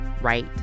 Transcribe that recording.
right